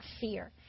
fear